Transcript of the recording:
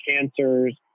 cancers